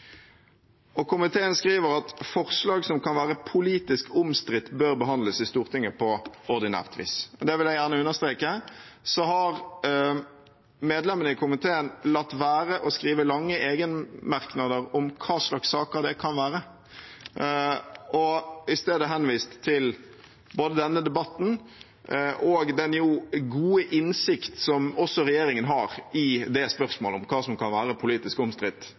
og «vil oppfordre regjeringen til å vektlegge dette i valget av saker hvor den tas i bruk.» Komiteen skriver også: «Forslag som kan være politisk omstridt bør behandles i Stortinget på ordinært vis.» Det vil jeg gjerne understreke. Så har medlemmene i komiteen latt være å skrive lange egne merknader om hva slags saker det kan være, og i stedet henvist både til denne debatten og til den gode innsikt også regjeringen har i spørsmålet om hva som kan